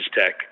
tech